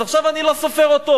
אז עכשיו אני לא סופר אותו.